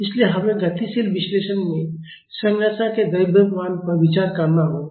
इसलिए हमें गतिशील विश्लेषण में संरचना के द्रव्यमान पर विचार करना होगा